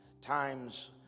times